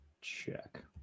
check